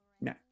No